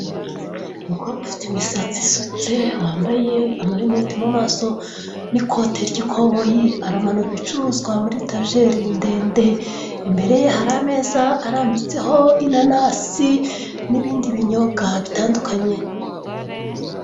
Umukobwa ufite imisatsi isutse wambaye amarinete mu maso n'ikote ry'ikoboyi, aramanura ibicuruzwa muri etajeri ndende, imbere ye hari ameza arambitseho inanasi n'ibindi binyobwa bitandukanye.